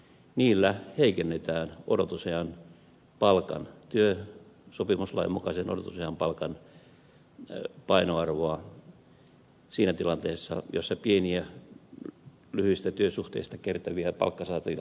niillä heikennetään työsopimuslain mukaisen odotusajan palkan painoarvoa siinä tilanteessa jossa pieniä lyhyistä työsuhteista kertyviä palkkasaatavia laiminlyödään